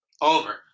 Over